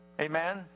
amen